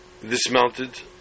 dismounted